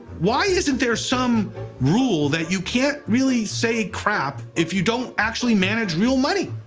why isn't there some rule that you can't really say crap if you don't actually manage real money?